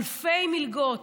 אלפי מלגות